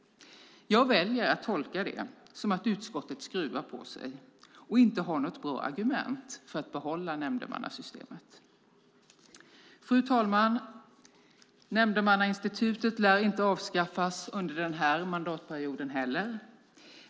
Jag väljer att tolka det som att utskottet skruvar på sig och inte har något bra argument för att behålla nämndemannasystemet. Fru talman! Nämndemannainstitutet lär inte avskaffas under den här mandatperioden heller.